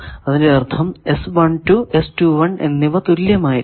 അതിന്റെ അർഥം എന്നിവ തുല്യമായിരിക്കും